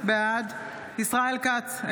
בעד ישראל כץ,